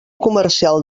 comercial